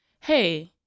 hey